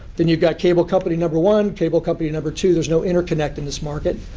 then you've got cable company number one, cable company number two. there's no interconnect in this market.